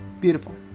Beautiful